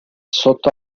sotto